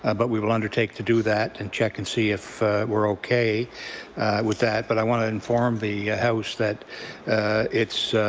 ah but we will undertake to do that and check and see if we're okay with that but i want to inform the house that its